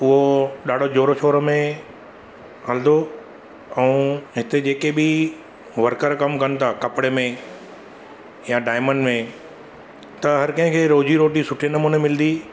उहो ॾाढो ज़ोरो शोरो में हलंदो ऐं हिथे जेके बि वर्कर कमु कनि था कपिड़े में या डायमंड में त हर कंहिंखे रोज़ी रोटी सुठी नमूने मिलंदी